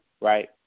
right